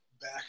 back